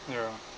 ya